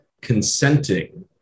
consenting